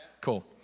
Cool